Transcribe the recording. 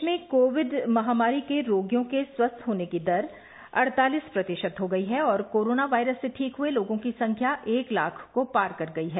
देश में कोविड महामारी के रोगियों की स्वस्थ होने की दर अड़तालीस प्रतिशत हो गई है और कोरोना वायरस से ठीक हुए लोगों की संख्या एक लाख को पार कर गई है